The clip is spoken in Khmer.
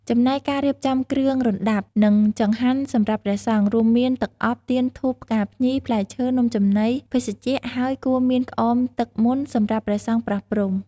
ចំណែកការរៀបចំគ្រឿងរណ្តាប់ និងចង្ហាន់សម្រាប់ព្រះសង្ឃ រួមមាន ទឹកអប់ ទៀន ធូប ផ្កាភ្ញី ផ្លែឈើ នំចំណី ភេសជ្ជៈ ហើយ គួរមានក្អមទឹកមន្តសម្រាប់ព្រះសង្ឃប្រោះព្រំ។